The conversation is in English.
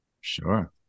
Sure